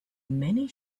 many